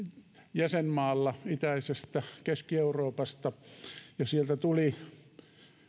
jäsenmaalla itäisestä keski euroopasta ja sieltä tuli